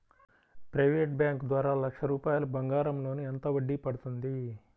Private bank ద్వారా లక్ష రూపాయలు బంగారం లోన్ ఎంత వడ్డీ పడుతుంది?